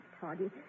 toddy